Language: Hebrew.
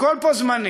הכול פה זמני.